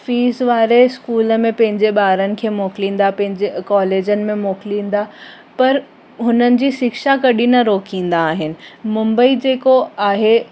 fees वारे school में पंहिंजे ॿारनि खे मोकिलींदा पंहिंजे कॉलेजनि में मोकिलींदा पर हुननि जी शिक्षा कॾहिं न रोकींदा आहिनि मुंबई जेको आहे